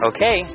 Okay